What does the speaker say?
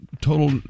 total